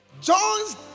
john's